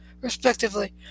respectively